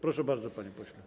Proszę bardzo, panie pośle.